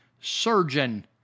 surgeon